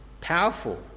powerful